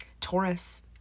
taurus